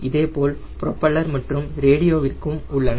இதேபோல் ப்ரொப்பல்லர் மற்றும் ரேடியோவிற்கு உள்ளன